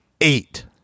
Eight